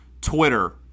Twitter